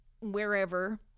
wherever